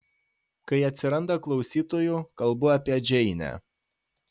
kai atsiranda klausytojų kalbu apie džeinę